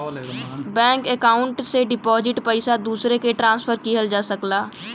bank account से deposit पइसा दूसरे के ट्रांसफर किहल जा सकला